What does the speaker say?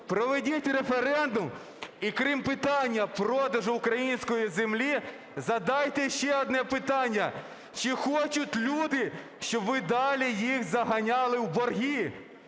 Проведіть референдум і, крім питання продажу української землі, задайте ще одне питання: чи хочуть люди, щоб ви далі їх заганяли в борги?